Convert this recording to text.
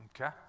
Okay